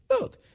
Look